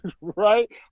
Right